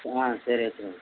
ஆ சரி வச்சிடுங்க